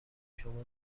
شما